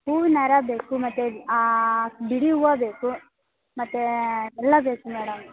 ಹೂವಿನ ಹಾರ ಬೇಕು ಮತ್ತು ಬಿಡಿ ಹೂವು ಬೇಕು ಮತ್ತು ಎಲ್ಲ ಬೇಕು ಮೇಡಮ್